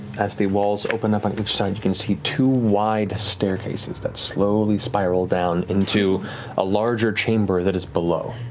as the walls open up on each side, you can see two wide staircases that slowly spiral down into a larger chamber that is below,